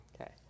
Okay